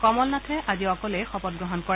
কমল নাথে আজি অকলেই শপত গ্ৰহণ কৰে